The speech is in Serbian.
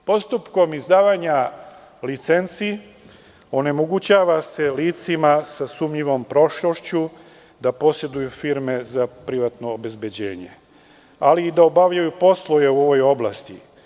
Postupkom izdavanja licenci onemogućava se licima sa sumnjivom prošlošću da poseduju firme za privatno obezbeđenje, ali i da obavljaju poslove u ovoj oblasti.